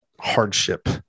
hardship